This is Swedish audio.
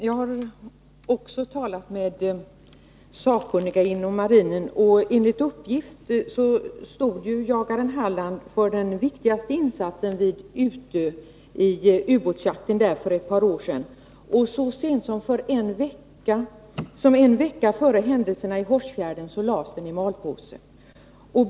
Herr talman! Jag har också talat med sakkunniga inom marinen. Enligt uppgift stod jagaren Halland för den viktigaste insatsen under ubåtsjakten vid Utö för ett par år sedan. Så sent som en vecka före händelserna i Hårsfjärden lades den i malpåse.